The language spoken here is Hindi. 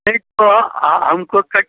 नहीं तो हमको कै